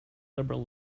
liberal